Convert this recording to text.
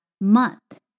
month